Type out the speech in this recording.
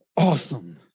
awesome.